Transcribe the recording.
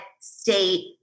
state